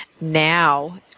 now